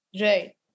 Right